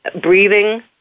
Breathing